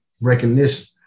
recognition